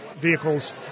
vehicles